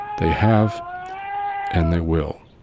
they have and they will.